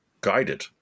guided